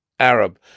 Arab